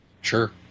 Sure